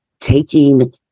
taking